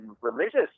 religious